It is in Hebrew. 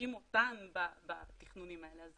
והאשים אותן בתכנונים האלה.